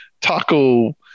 taco